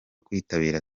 kwitabira